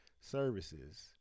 services